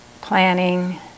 planning